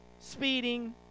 speeding